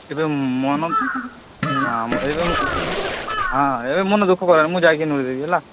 ଏବେ ମନ ହଁ ଏବେ ହଁ ଏବେ ମନଦୁଃଖ କରନି ମୁଁ ଯାଇକି ଦେଇଦେବି ହେଲା